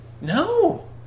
No